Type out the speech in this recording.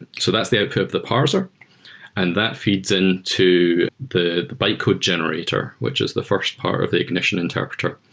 and so that's the outcome of the parser and that feeds and into the the bytecode generator, which is the fi rst part of the ignition interpreter.